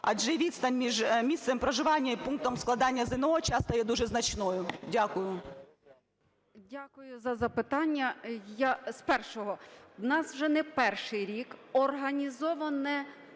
Адже відстань між місцем проживання і пунктом складання ЗНО часто є дуже значною. Дякую.